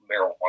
marijuana